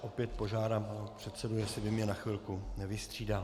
Opět požádám pana předsedu, jestli by mě na chvilku nevystřídal.